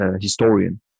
historian